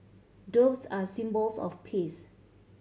doves are symbols of peace